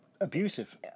abusive